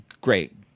Great